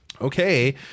Okay